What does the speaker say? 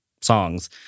songs